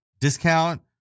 discount